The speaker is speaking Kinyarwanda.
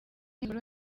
inkuru